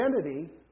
identity